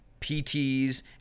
PTs